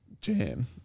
jam